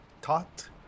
taught